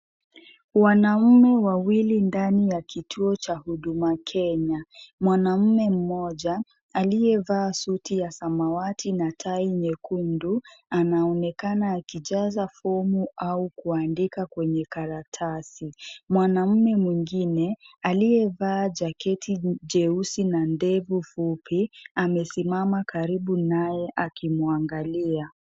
Wanaume wawili ndani ya kituo cha huduma Kenya. Mwanamume mmoja aliyevaa suti ya samawati na tai nyekundu anaonekana akijaza fomu au kuandika kwenye karatasi. Mwanamume mwingine aliyevaa jaketi jeusi na ndevu fupi amesimama karibu naye akimwangalia.